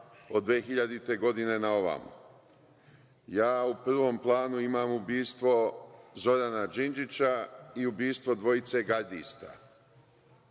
od 2000. godine na ovamo? Ja u prvom planu imam ubistvo Zorana Đinđića i ubistvo dvojice gardista. Nismo